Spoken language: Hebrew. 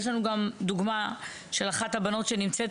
יש לנו גם דוגמא של אחת הבנות שנמצאת